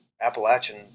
Appalachian